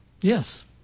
Yes